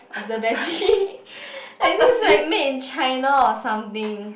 of the battery I think it's like made in China or something